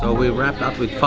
ah we wrapped up with